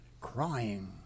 crying